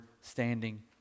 standing